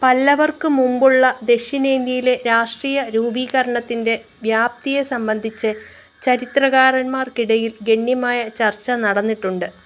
പല്ലവർക്കു മുമ്പുള്ള ദക്ഷിണേൻഡ്യയിലെ രാഷ്ട്രീയ രൂപീകരണത്തിന്റെ വ്യാപ്തിയെ സംബന്ധിച്ച് ചരിത്രകാരന്മാർക്കിടയിൽ ഗണ്യമായ ചർച്ച നടന്നിട്ടുണ്ട്